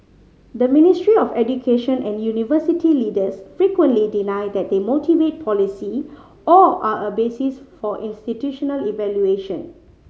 the Ministry of Education and university leaders frequently deny that they motivate policy or are a basis for institutional evaluation